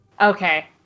Okay